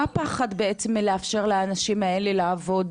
מה הפחד בעצם מלאפשר לאנשים האלה לעבוד,